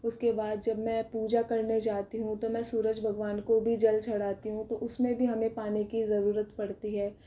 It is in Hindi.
उसके बाद जब मैं पूजा करने जाती हूँ तो मैं सूरज भगवान को भी जल चढ़ाती हूँ तो उसमें भी हमें पानी की ज़रुरत पड़ती है